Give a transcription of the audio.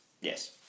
yes